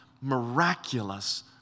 miraculous